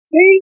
See